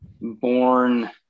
born